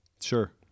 Sure